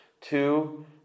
Two